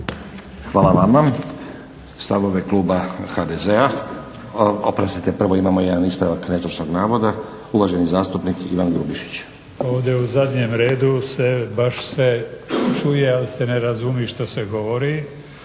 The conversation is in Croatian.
Hvala vama. Stavove kluba HDZ-a, oprostite, prvo imamo jedan ispravak netočnog navoda. Uvaženi zastupnik Ivan Grubišić. **Grubišić, Ivan (Nezavisni)** Ovdje u zadnjem redu baš se čuje ali se ne razumije što se govori.